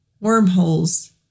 wormholes